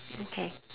okay